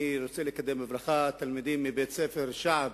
אני רוצה לקדם בברכה תלמידים מבית-הספר "שעב".